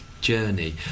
journey